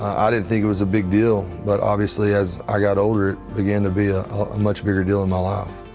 i didn't think it was a big deal. but obviously, as i got older it started to be a much greater deal in my life.